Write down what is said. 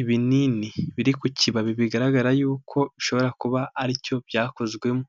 Ibinini biri ku kibabi bigaragara yuko bishobora kuba aricyo byakozwemo.